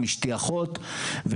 אשתי אחות,